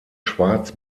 schwarz